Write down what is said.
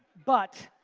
but,